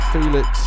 Felix